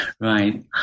Right